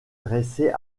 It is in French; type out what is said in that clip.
dressé